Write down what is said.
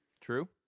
True